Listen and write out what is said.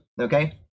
okay